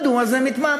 מדוע זה מתמהמה?